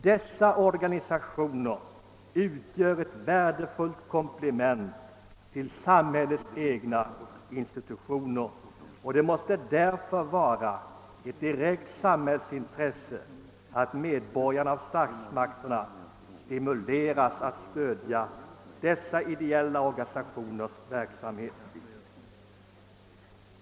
Dessa organisationer utgör ett värdefullt komplement till samhällets egna institutioner, och det måste därför vara ett direkt samhällsintresse att medborgarna av statsmakterna stimuleras att stödja dessa ideella organisationers verksamhet.